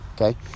Okay